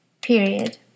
Period